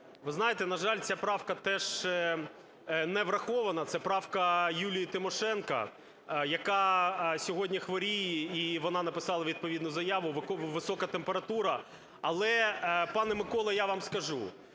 Ви знаєте, на жаль, ця правка теж не врахована, це правка Юлії Тимошенко, яка сьогодні хворіє, і вона написала відповідну заяву – висока температура. Але, пане Миколо, я вам скажу.